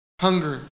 hunger